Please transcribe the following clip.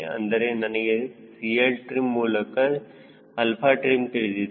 ಅಂದರೆ ನನಗೆ CLtrim ಮೂಲಕ 𝛼trim ತಿಳಿದಿದೆ